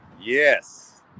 Yes